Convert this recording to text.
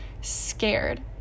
scared